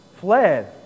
fled